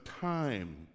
time